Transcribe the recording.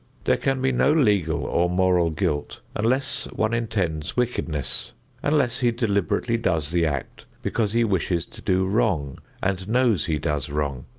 there can be no legal or moral guilt unless one intends wickedness unless he deliberately does the act because he wishes to do wrong and knows he does wrong.